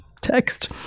text